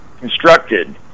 constructed